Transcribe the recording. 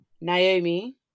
Naomi